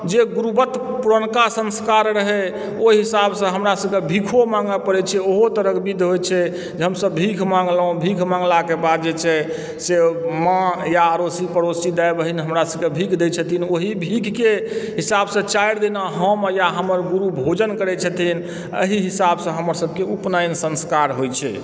जे गुरुवत पुरनका संस्कार रहै ओहि हिसाबसँ हमरासभके भीखो माँगऽ पड़ै छै ओहो तरहक विध होइत छै जे हमसभ भीख मँगलहुँ भीख मँगलाके बाद जे छै से माँ या अड़ोसी पड़ोसी दाइ बहिन हमरासभके भीख दैत छथिन ओही भीखके हिसाबसँ चारि दिन हम या हमर गुरु भोजन करै छथिन एही हिसाबसँ हमरसभके उपनयन संस्कार होइत छै